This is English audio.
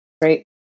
great